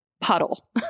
puddle